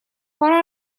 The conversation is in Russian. пора